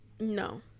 No